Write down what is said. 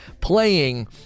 playing